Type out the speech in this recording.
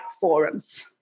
forums